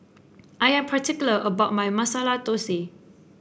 I am particular about my Masala Dosa